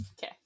okay